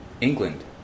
England